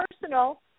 personal